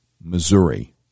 Missouri